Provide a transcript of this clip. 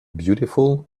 beautiful